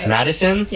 Madison